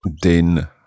Den